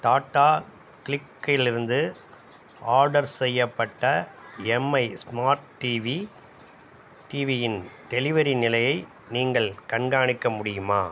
டாடா க்ளிக்கிலிருந்து ஆர்டர் செய்யப்பட்ட Mi smart TV டிவியின் டெலிவரி நிலையை நீங்கள் கண்காணிக்க முடியுமா